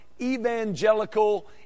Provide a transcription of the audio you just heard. evangelical